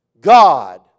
God